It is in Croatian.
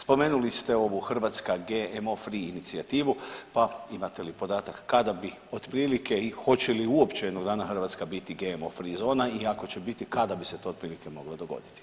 Spomenuli ste ovu Hrvatska GMO free inicijativu, pa imate li podatak kada bi otprilike i hoće li uopće jednog dana Hrvatska biti GMO zona i ako će biti kada bi se to otprilike moglo dogoditi?